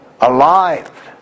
alive